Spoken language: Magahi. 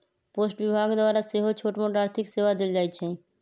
पोस्ट विभाग द्वारा सेहो छोटमोट आर्थिक सेवा देल जाइ छइ